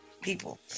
people